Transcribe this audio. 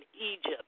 Egypt